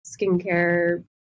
skincare